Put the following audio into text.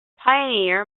pioneer